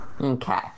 Okay